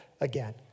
again